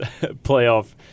playoff